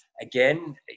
Again